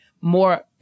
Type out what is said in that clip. more